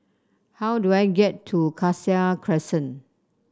how do I get to Cassia Crescent